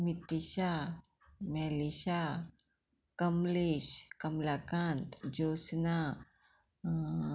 Mitisha Melisha Kamlesh Kamalakant Jyotsna